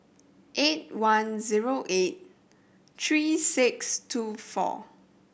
eight one zero eight three six two four